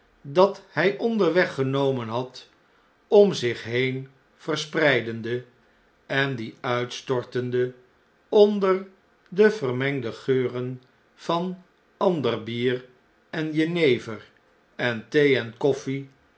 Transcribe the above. dat hjj onderweg genomen had om zich heen verspreidende en die uitstortende onder de vermengde geuren van ander bier en jenever en thee en koffie